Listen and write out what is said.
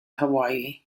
hawaii